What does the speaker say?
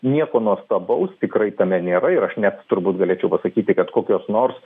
nieko nuostabaus tikrai tame nėra ir aš net turbūt galėčiau pasakyti kad kokios nors